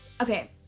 Okay